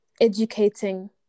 educating